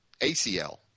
ACL